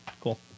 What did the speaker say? cool